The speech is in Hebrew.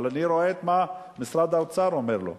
אבל אני רואה מה משרד האוצר אומר לו.